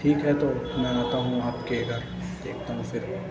ٹھیک ہے تو میں آتا ہوں آپ کے گھر دیکھتا ہوں پھر